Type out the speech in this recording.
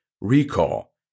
recall